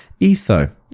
Etho